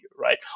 Right